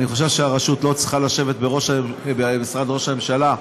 אני חושב שהרשות לא צריכה לשבת במשרד ראש הממשלה,